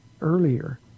earlier